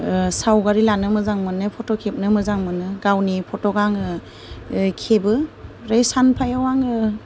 सावगारि लानो मोजां मोनो फट' खेबनो मोजां मोनो गावनि फट'खौ आङो खेबो ओमफ्राय सानफायाव आङो